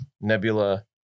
Nebula